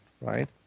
right